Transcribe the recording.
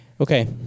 Okay